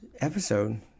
episode